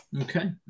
okay